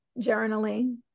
journaling